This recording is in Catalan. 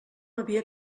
havia